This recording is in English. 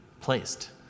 placed